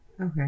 Okay